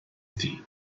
iddi